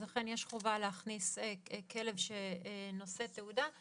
אכן יש חובה להכניס כלב שנושא תעודה.